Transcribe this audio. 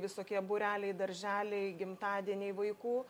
visokie būreliai darželiai gimtadieniai vaikų